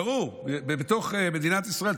ירו בתוך מדינת ישראל,